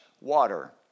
water